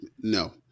No